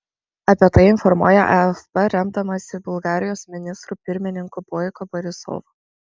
apie tai informuoja afp remdamasi bulgarijos ministru pirmininku boiko borisovu